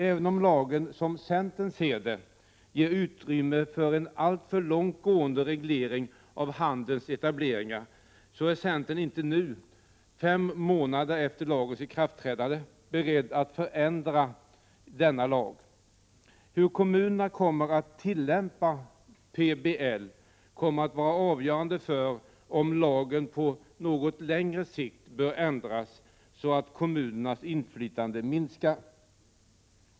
Även om lagen, som centern ser det, ger utrymme för en alltför långt gående reglering av handelns etableringar så är centern inte nu — fem månader efter lagens ikraftträdande — beredd att förorda en förändring av denna. Hur kommunerna kommer att tillämpa PBL blir avgörande för om lagen på något längre sikt bör ändras, så att kommunernas inflytande minskar.